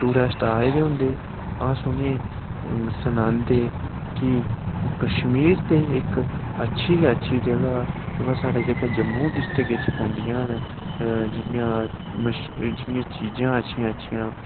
tourist आए दे होंदे अस उ'नेंगी सनांदे कि कश्मीर ते इक अच्छी गै अच्छी जगह् ऐ पर साढ़े जेह्का जम्मू डिस्टिक च पौंदियां न जि'यां चीजां अच्छियां अच्छियां न